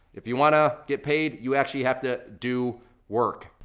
if you want to get paid you actually have to do work.